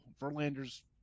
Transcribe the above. Verlander's